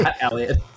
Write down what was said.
Elliot